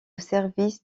service